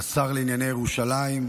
השר לענייני ירושלים,